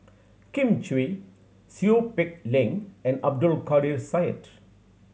Kin Chui Seow Peck Leng and Abdul Kadir Syed